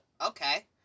okay